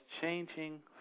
changing